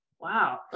wow